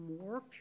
more